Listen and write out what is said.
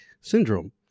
syndrome